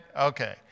Okay